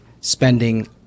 spending